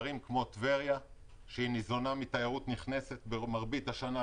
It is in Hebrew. ערים כמו טבריה שניזונה בתיירות נכנסת במרבית השנה,